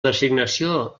designació